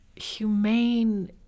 humane